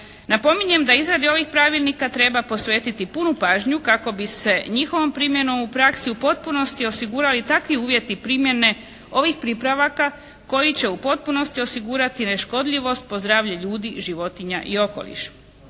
Napominjem da izradi ovih pravilnika treba posvetiti punu pažnju kako bi se njihovom primjenom u praksi u potpunosti osigurali takvi uvjeti primjene ovih pripravaka koji će u potpunosti osigurati neškodljivost po zdravlje ljudi, životinja i okoliša.